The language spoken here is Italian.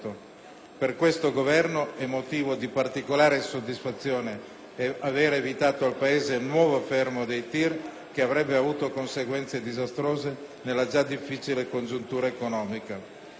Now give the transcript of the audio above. Per questo Governo è motivo di particolare soddisfazione l'aver evitato al Paese un nuovo fermo dei TIR, che avrebbe avuto conseguenze disastrose nella già difficile congiuntura economica.